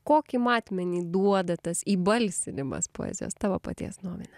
kokį matmenį duoda tas įbalsinimas poezijos tavo paties nuomone